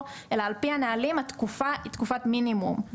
אלא על פי הנהלים התקופה היא תקופת מינימום.